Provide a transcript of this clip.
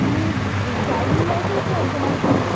কোনো driving licence লাগবে না কি